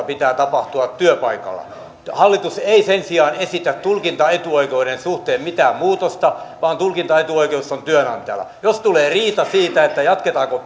pitää tapahtua työpaikalla hallitus ei sen sijaan esitä tulkintaetuoikeuden suhteen mitään muutosta vaan tulkintaetuoikeus on työnantajalla jos tulee riita siitä jatketaanko